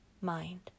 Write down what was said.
mind